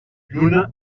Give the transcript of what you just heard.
lluna